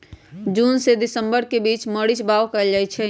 जून से दिसंबर के बीच मरीच बाओ कएल जाइछइ